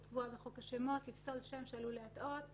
קבועה בחוק השמות לפסול שם שעלול להטעות.